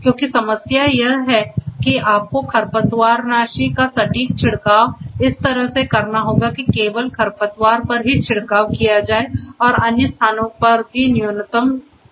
क्योंकि समस्या यह है कि आपको खरपतवारनाशी का सटीक छिड़काव इस तरह से करना होगा कि केवल खरपतवार पर ही छिड़काव किया जाए और अन्य स्थानों पर भी न्यूनतम रूप से प्रभाव हो